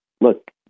look